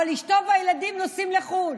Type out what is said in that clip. אבל אשתו והילדים נוסעים לחו"ל,